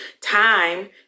time